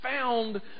found